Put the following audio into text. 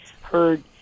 heard